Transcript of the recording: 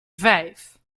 vijf